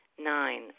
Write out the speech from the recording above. Nine